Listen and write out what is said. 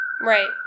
Right